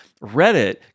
Reddit